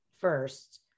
first